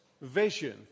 vision